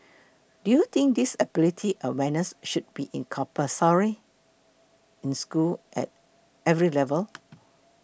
do you think disability awareness should be compulsory in schools at every level